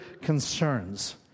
concerns